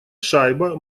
шайба